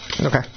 Okay